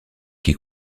qui